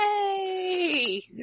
Yay